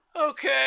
okay